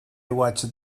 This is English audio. watched